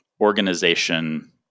organization